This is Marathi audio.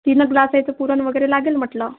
तीनच ग्लासेचं पुरण वगैरे लागेल म्हटलं